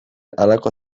halako